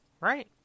Right